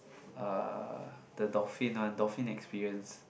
uh the dolphin one dolphin experience